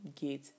get